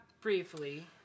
briefly